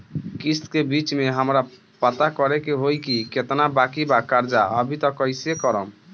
किश्त के बीच मे हमरा पता करे होई की केतना बाकी बा कर्जा अभी त कइसे करम?